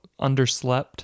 underslept